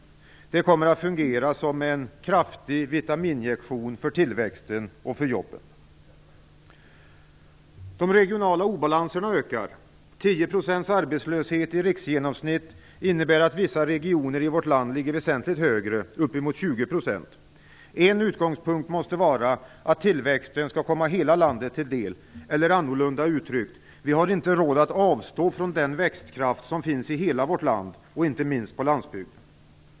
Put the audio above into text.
Det kommer att fungera som en kraftig vitamininjektion för tillväxten och jobben. De regionala obalanserna ökar. En arbetslöshet på 10 % i riksgenomsnitt innebär att vissa regioner i vårt land ligger väsentligt högre, uppemot 20 %. En utgångspunkt måste vara att tillväxten skall komma hela landet till del. Eller annorlunda uttryckt: Vi har inte råd att avstå från den tillväxtkraft som finns i hela vårt land, och inte minst på landsbygden.